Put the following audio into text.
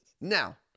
Now